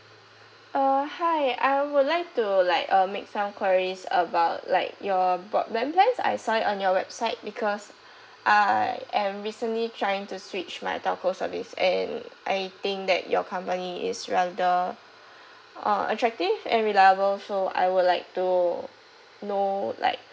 uh hi I would like to like uh make some enquiries about like your broadband plans I saw it on your website because I am recently trying to switch my telco service and I think that your company is rather uh attractive and reliable so I would like to know like